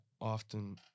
often